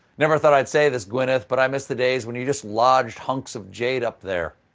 never thought i'd say this gwyneth, but i miss the days when you just lodged hunks of jade up there.